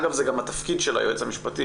אגב, זה גם התפקיד של היועץ המשפטי.